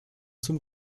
zum